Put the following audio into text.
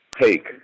take